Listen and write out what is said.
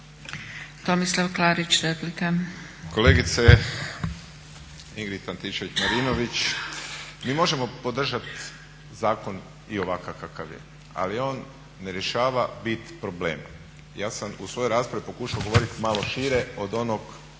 Tomislav (HDZ)** Kolegice Ingrid Antičević-Marinović, mi možemo podržati zakon i ovakav kakav je, ali on ne rješava bit problema. Ja sam u svojoj raspravi pokušao govoriti malo šire od onog